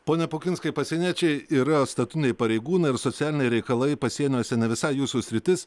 pone pukinskai pasieniečiai yra statutiniai pareigūnai ir socialiniai reikalai pasieniuose ne visai jūsų sritis